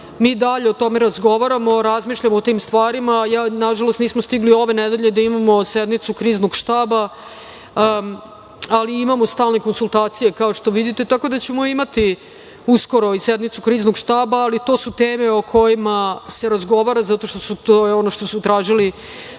i dalje o tome razgovaramo, razmišljamo o tim stvarima. Nažalost, nismo stigli da održimo sednicu Kriznog štaba ove nedelje, ali imamo stalne konsultacije, kao što vidite. Tako da, imaćemo uskoro i sednicu Kriznog štaba, ali to su teme o kojima se razgovara zato što je to ono što su tražili